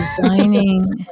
Designing